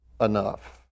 enough